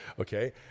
okay